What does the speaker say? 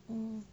嗯